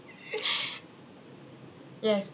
yes